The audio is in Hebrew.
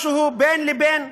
משהו בין לבין,